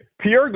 Pierre